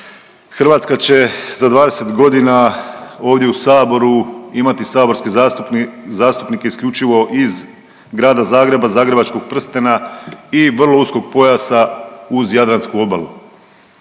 Hrvatska će za 20.g. ovdje u saboru imati saborske zastupnike isključivo iz Grada Zagreba, zagrebačkog prstena i vrlo uskog pojasa uz jadransku obalu.